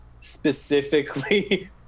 specifically